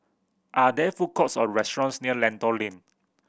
are there food courts or restaurants near Lentor Lane